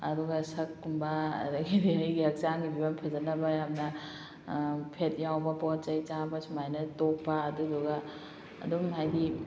ꯑꯗꯨꯒ ꯁꯛꯀꯨꯝꯕ ꯑꯗꯒꯤꯗꯤ ꯑꯩꯒꯤ ꯍꯛꯆꯥꯡꯒꯤ ꯐꯤꯕꯝ ꯐꯖꯅꯕ ꯌꯥꯝꯅ ꯐꯦꯠ ꯌꯥꯎꯕ ꯄꯣꯠꯆꯩ ꯆꯥꯕ ꯁꯨꯃꯥꯏꯅ ꯑꯇꯣꯞꯄ ꯑꯗꯨꯗꯨꯒ ꯑꯗꯨꯝ ꯍꯥꯏꯗꯤ